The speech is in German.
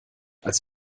als